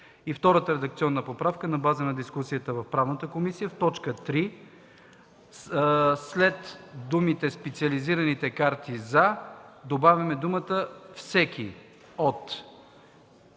И втората редакционна поправка е на база на дискусията в Правната комисия – в т. 3 след думите „специализираните карти за” добавяме думите „всеки от”,